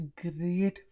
great